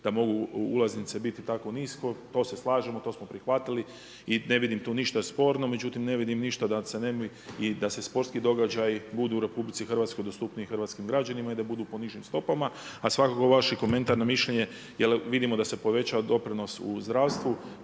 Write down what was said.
da mogu ulaznice biti tako nisko. To se slažemo, to smo prihvatili i ne vidim tu ništa sporno. Međutim, ne vidim ništa da se ne bi i da sportski događaji budu u RH dostupniji hrvatskim građanima i da budu po nižim stopama. A svakako vaš komentar na mišljenje jer vidimo da se povećao doprinos u zdravstvu,